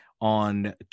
on